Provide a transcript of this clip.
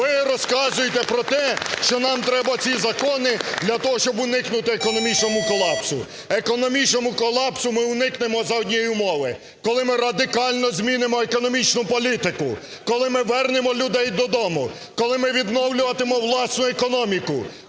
Ви розказуєте про те, що нам треба ці закони для того, щоб уникнути економічному колапсу. Економічного колапсу ми уникнемо за однієї умови – коли ми радикально змінимо економічну політику, коли ми вернемо людей додому, коли ми відновлюватимемо власну економіку,